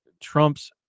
Trump's